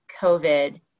COVID